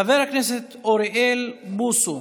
חבר הכנסת אוריאל בוסו,